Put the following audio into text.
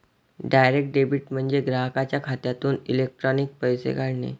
direct debit म्हणजे ग्राहकाच्या खात्यातून इलेक्ट्रॉनिक पैसे काढणे